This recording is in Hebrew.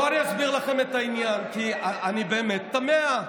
בואו אני אסביר לכם את העניין, כי אני באמת תמה.